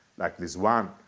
like this one,